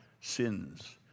sins